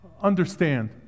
understand